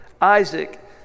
Isaac